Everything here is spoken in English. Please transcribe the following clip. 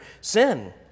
sin